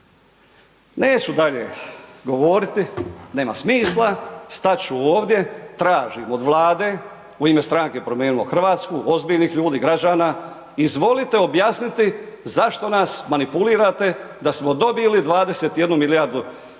Neću dalje govoriti, nema smisla, stat ću ovdje, tražim od Vlade, u ime stranke Promijenimo Hrvatsku, ozbiljnih ljudi, građana, izvolite objasniti zašto nas manipulirate da smo dobili 21 milijardu kuna